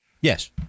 Yes